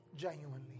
genuinely